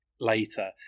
later